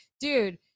dude